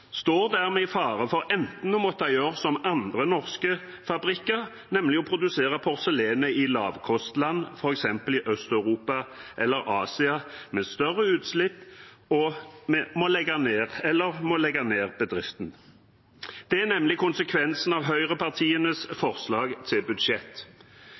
står dermed i fare for enten å måtte gjøre som andre norske fabrikker, nemlig å produsere porselenet i lavkostland, f.eks. i Øst-Europa eller Asia, med større utslipp, eller de må legge ned bedriften. Det er nemlig konsekvensen av høyrepartienes forslag til budsjett.